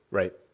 right.